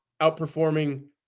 outperforming